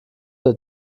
der